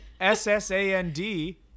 S-S-A-N-D